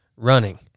running